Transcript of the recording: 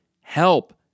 help